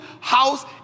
house